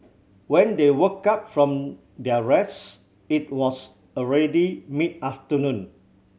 when they woke up from their rest it was already mid afternoon